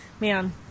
Man